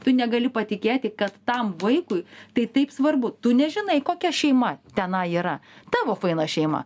tu negali patikėti kad tam vaikui tai taip svarbu tu nežinai kokia šeima tenai yra tavo faina šeima